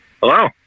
Hello